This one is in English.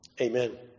Amen